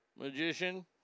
magician